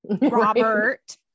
robert